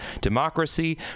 democracy